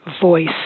voice